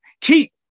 Keep